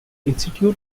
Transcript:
institute